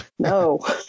No